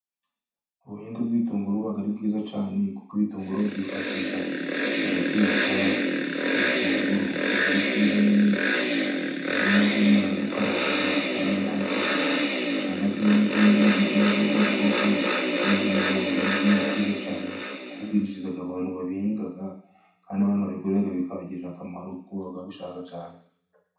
Ubuhinzi bw'ibitunguru buba ari bwiza cyane kuko ibitunguru babyifashisha mu guteka. Ibitunguru byiza nyine urabona nk'iyo umuntu ari gukaranga, ntiyakaranga nta bitunguru, cyangwa se n'ubundi bwoko bw'ibihingwa buba ari byiza cyane. Kuko bwinjiriza abantu babihinga, kandi abantu babigura bikabagirira akamaro, kuko babishaka cyane.